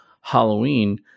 Halloween